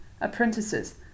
apprentices